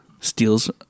steals